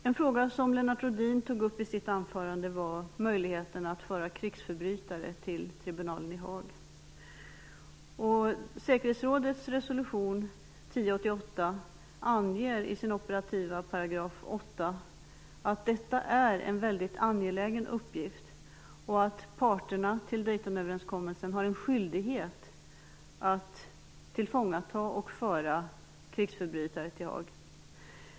En fråga som Lennart Rohdin tog upp i sitt anförande var möjligheten att föra krigsförbrytare till tribunalen i Haag. Säkerhetsrådets resolution 1088 anger i sin operativa 8 § att detta är en väldigt angelägen uppgift och att parterna till Daytonöverenskommelsen har en skyldighet att tillfångata och föra krigsförbrytare till Haag.